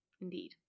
indeed